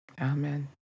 Amen